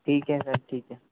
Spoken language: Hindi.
ठीक है सर ठीक है